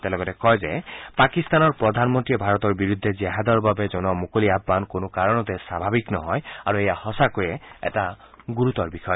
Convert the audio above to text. তেওঁ লগতে কয় যে পাকিস্তানৰ প্ৰধানমন্ত্ৰীয়ে ভাৰতৰ বিৰুদ্ধে জেহাদৰ বাবে জনোৱা মুকলি আহান কোনো কাৰণতে স্বাভাৱিক নহয় আৰু এয়া সচাকৈ এটা গুৰুতৰ বিষয়